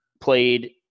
played